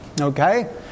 Okay